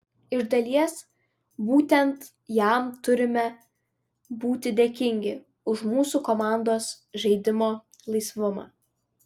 iš dalies būtent jam turime būti dėkingi už mūsų komandos žaidimo laisvumą